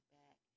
back